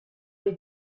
les